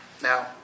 now